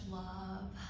love